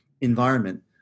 environment